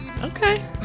Okay